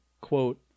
quote